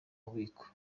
bubiko